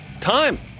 time